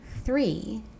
Three